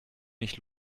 nicht